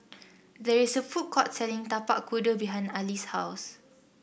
there is a food court selling Tapak Kuda behind Aly's house